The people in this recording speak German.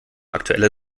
aktueller